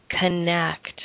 connect